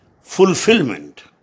fulfillment